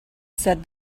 said